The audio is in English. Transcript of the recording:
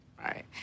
Right